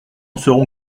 serons